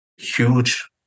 huge